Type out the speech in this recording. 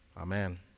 amen